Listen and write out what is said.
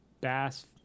bass